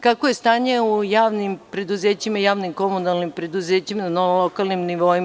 Kakvo je stanje u javnim preduzećima, javnim komunalnim preduzećima na lokalnim nivoima?